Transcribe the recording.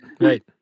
right